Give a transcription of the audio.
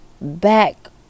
back